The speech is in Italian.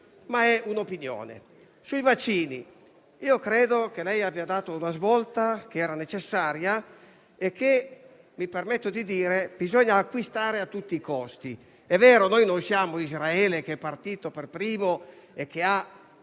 è un'opinione. Sui vaccini credo che lei abbia dato una svolta, che era necessaria. Mi permetto di dire che bisogna acquistare a tutti i costi. È vero: noi non siamo Israele, che è partito per primo, che ha